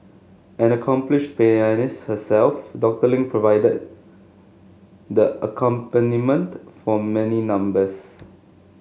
an accomplished pianist herself Doctor Ling provided the accompaniment for many numbers